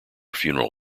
funeral